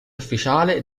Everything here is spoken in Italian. ufficiale